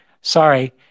Sorry